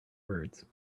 words